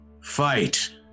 Fight